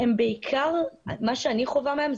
בעיקר מה שאני חווה מהם,